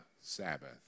Sabbath